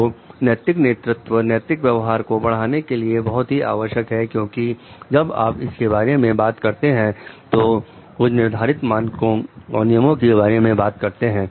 तो नैतिक नेतृत्व नैतिक व्यवहार को बढ़ाने के लिए बहुत ही आवश्यक है क्योंकि जब आप इसके बारे में बात करते हैं तो कुछ निर्धारित मानकों और नियमों के बारे में बात करते हैं